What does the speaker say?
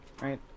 Right